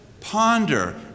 ponder